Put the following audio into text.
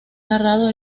narrado